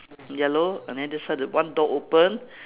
yellow and then the side one door open